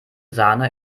sahne